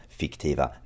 fiktiva